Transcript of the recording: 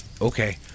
Okay